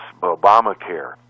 Obamacare